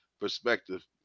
perspective